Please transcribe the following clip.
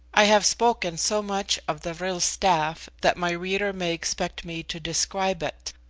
i have spoken so much of the vril staff that my reader may expect me to describe it.